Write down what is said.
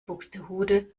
buxtehude